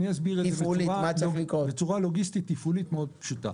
אני אסביר את זה בצורה לוגיסטית-תפעולית מאוד פשוטה.